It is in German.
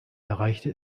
erreichte